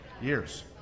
years